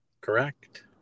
Correct